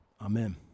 Amen